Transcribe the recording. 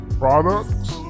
products